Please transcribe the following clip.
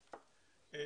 זה?